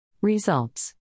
Results